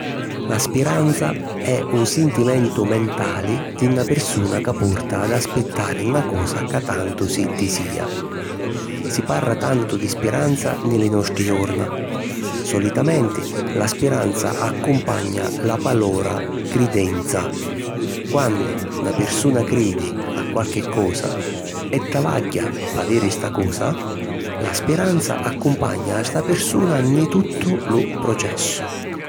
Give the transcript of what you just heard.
La spiranza è un sintimentu mentali di na pirsuna ca porta ad aspittari na cosa ca tantu si disìa. Si parra tantu di spiranza nni li nostri jorna; solitamenti la spiranza accumpagna la palora ‘cridenza’. Quannu na pirsuna cridi a qualchi cosa e travagghia p'aviri sta cosa, la spiranza accumpagna a sta pirsuna nni tuttu lu processu.